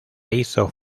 hizo